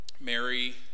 Mary